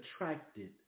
attracted